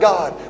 God